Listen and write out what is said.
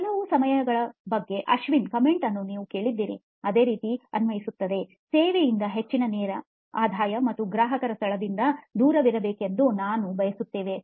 ಕೆಲವು ಸಮಯದ ಬಗ್ಗೆ ಅಶ್ವಿನ್ ಕಾಮೆಂಟ್ ಅನ್ನು ನೀವು ಕೇಳಿದ್ದೀರಿ ಅದೇ ಇಲ್ಲಿ ಅನ್ವಯಿಸುತ್ತದೆ ಸೇವೆಯಿಂದ ಹೆಚ್ಚಿನ ನೇರ ಆದಾಯ ಮತ್ತು ಗ್ರಾಹಕರ ಸ್ಥಳದಿಂದ ದೂರವಿರಬೇಕೆಂದು ನಾವು ಬಯಸುತ್ತೇವೆ